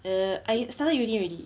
err I started uni already